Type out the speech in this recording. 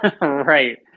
Right